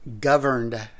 governed